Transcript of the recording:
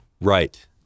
Right